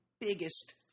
biggest